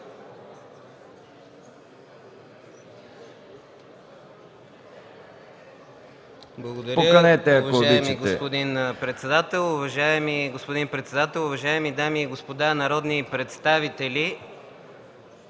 (независим): Уважаеми господин председател, уважаеми дами и господа народни представители!